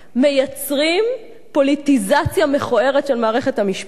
מייצרים פוליטיזציה מכוערת של מערכת המשפט,